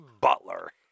butler